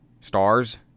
stars